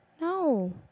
No